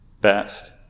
best